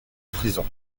prison